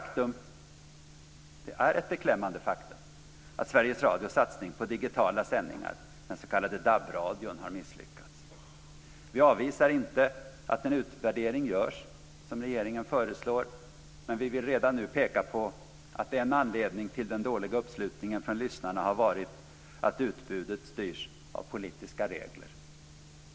Det är ett beklämmande faktum att Sveriges Radios satsning på digitala sändningar, den s.k. DAB radion, har misslyckats. Vi avvisar inte att en utvärdering görs, som regeringen föreslår, men vi vill redan nu peka på att en anledning till den dåliga uppslutningen från lyssnarna har varit att utbudet styrts av politiska regler.